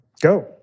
go